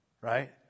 Right